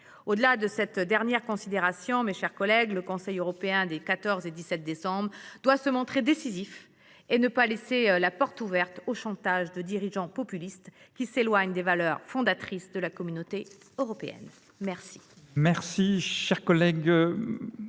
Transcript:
Au delà de cette dernière considération, mes chers collègues, le Conseil européen des 14 et 15 décembre prochains doit se montrer décisif et ne pas laisser la porte ouverte au chantage de dirigeants populistes, qui s’éloignent des valeurs fondatrices de la communauté européenne. La